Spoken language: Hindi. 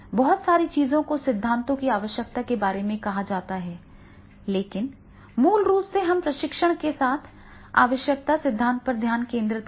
बहुत सारी चीजों को सिद्धांतों की आवश्यकता के बारे में कहा जा सकता है लेकिन मूल रूप से हम प्रशिक्षण के साथ आवश्यकता सिद्धांत पर ध्यान केंद्रित कर रहे हैं